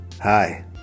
Hi